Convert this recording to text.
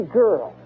girl